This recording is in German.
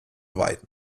weitem